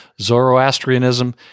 Zoroastrianism